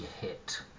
hit